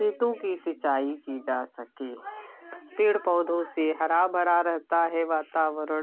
खेतों की सिंचाई की जा सके पेड़ पौधों से हरा भरा रहता है वातावरण